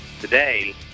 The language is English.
today